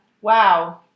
Wow